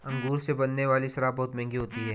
अंगूर से बनने वाली शराब बहुत मँहगी होती है